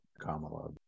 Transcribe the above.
Kamala